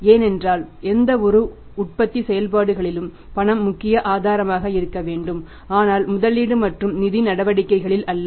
ஏனென்றால் எந்தவொரு உற்பத்தி செயல்பாடுகளிலும் பணம் முக்கிய ஆதாரமாக இருக்க வேண்டும் ஆனால் முதலீடு மற்றும் நிதி நடவடிக்கைகள் அல்ல